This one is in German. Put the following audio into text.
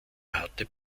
harte